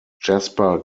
jasper